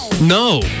No